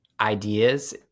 ideas